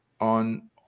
on